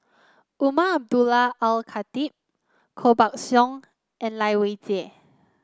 Umar Abdullah Al Khatib Koh Buck Song and Lai Weijie